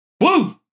Woo